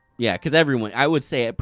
yeah cause everyone, i would say ah